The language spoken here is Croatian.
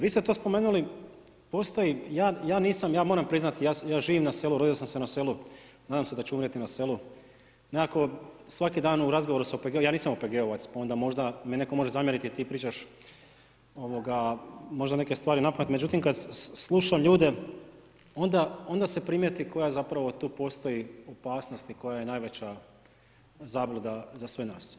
Vi ste to spomenuli, postoji, ja nisam, ja moram priznati ja živim na selu, rodio sam se na selu, nadam se da ću umrijeti na selu, nekako svaki dan u razgovoru sa OPG-om, ja nisam OPG-ovac pa onda možda mi netko može zamjeriti, ti pričaš možda neke stvari na pamet, međutim kada slušam ljude onda se primijeti koja zapravo tu postoji opasnost i koja je najveća zabluda za sve nas.